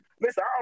listen